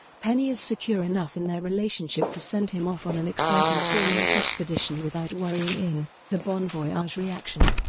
penny is secure enough in their relationship to send him off on an exciting four-month expedition without worrying in the bon voyage reaction.